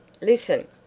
Listen